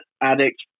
addict